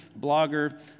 blogger